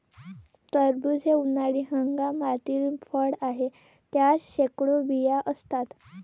टरबूज हे उन्हाळी हंगामातील फळ आहे, त्यात शेकडो बिया असतात